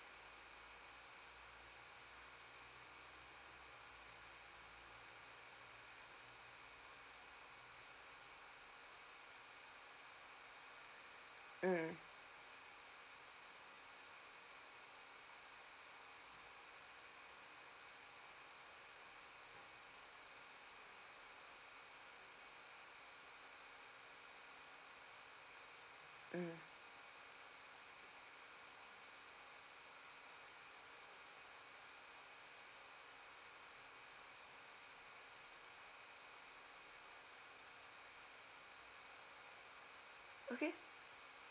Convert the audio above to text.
mm mm okay